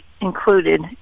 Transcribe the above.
included